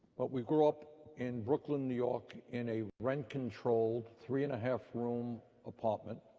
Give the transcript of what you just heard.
but we grew up in brooklyn, new york in a rent controlled three and a half room apartment,